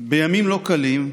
בימים לא קלים,